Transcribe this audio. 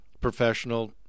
professional